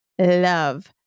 love